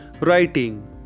Writing